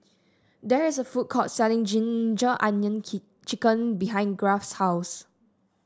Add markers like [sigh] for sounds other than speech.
there is a food court selling ginger onion [unintelligible] chicken behind Garth's house